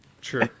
True